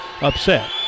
upset